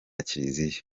kiliziya